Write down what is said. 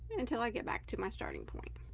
until i get back to my starting point